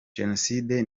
génocide